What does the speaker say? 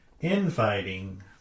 Infighting